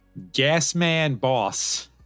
GasmanBoss